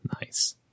Nice